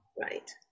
Right